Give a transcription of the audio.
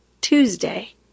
Tuesday